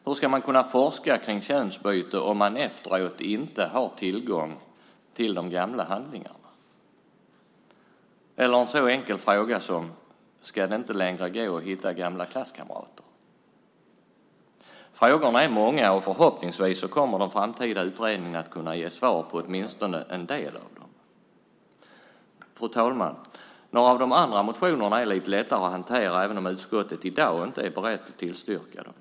Hur ska man kunna forska om könsbyten om man efteråt inte har tillgång till de gamla handlingarna? Eller en så enkel fråga som: Ska det inte längre gå att hitta gamla klasskamrater? Frågorna är många och förhoppningsvis kommer den framtida utredningen att kunna ge svar på åtminstone en del av dem. Fru talman! Några av de andra motionerna är lite lättare att hantera, även om utskottet i dag inte är berett att tillstyrka dem.